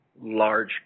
large